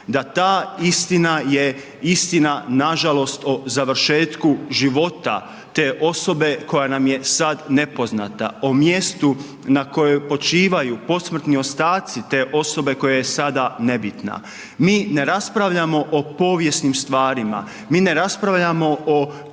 da ta istina je istina nažalost o završetku života te osobe koja nam je sad nepoznata, o mjestu na kojem počivaju posmrtni ostaci te osobe koja je sada nebitna. Mi ne raspravljamo o povijesnim stvarima, mi ne raspravljamo o povijesnim istinama.